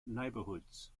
neighbourhoods